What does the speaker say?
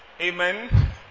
Amen